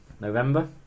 November